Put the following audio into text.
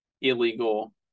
illegal